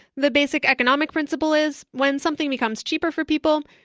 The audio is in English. the basic economic principle is, when something becomes cheaper for people,